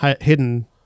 hidden